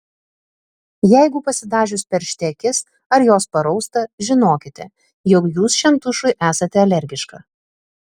jeigu pasidažius peršti akis ar jos parausta žinokite jog jūs šiam tušui esate alergiška